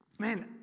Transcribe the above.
Man